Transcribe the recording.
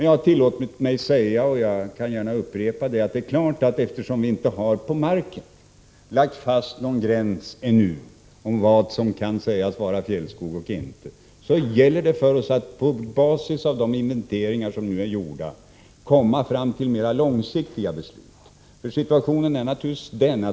Jag har tillåtit mig att säga, och kan gärna upprepa det, att eftersom vi ännu inte på marken har lagt fast någon gräns för vad vi menade med fjällskog, gäller det självfallet för oss att på basis av de inventeringar som nu är gjorda komma fram till mera långsiktiga beslut.